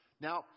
Now